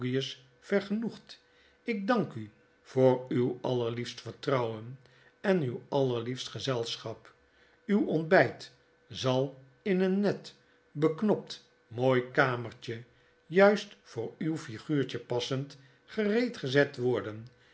vergenoegd ik dank u voor uw allerliefst vertrouwen en uw allerliefst gezelschap uw ontbyt zal in een net beknopt mooi kamertje juist voor uw figuurtje passend gereedgezet worden